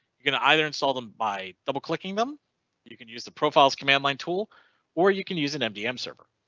you're going to either install them by double clicking them you can use the profiles command line tool or you can use an mdm server.